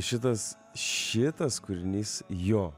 šitas šitas kūrinys jo